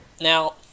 Now